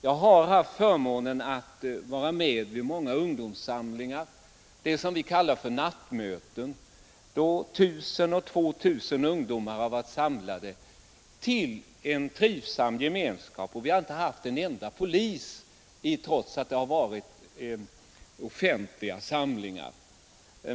Jag har haft förmånen att vara med vid många ungdomssamlingar, s.k. nattmöten, då 1 000—2 000 ungdomar har varit samlade till en trivsam gemenskap, där vi inte haft en enda polis trots att det varit fråga om offentliga möten.